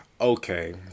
okay